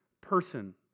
person